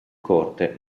corte